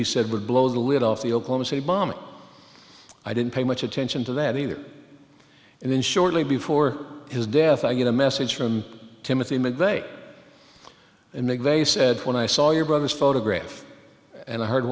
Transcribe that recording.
he said would blow the lid off the oklahoma city bombing i didn't pay much attention to that either and then shortly before his death i get a message from timothy mcveigh and mcveigh said when i saw your brother's photograph and i heard